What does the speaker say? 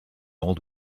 old